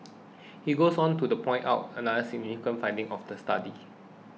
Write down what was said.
he goes on to point out another significant finding of the study